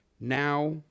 Now